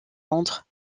londres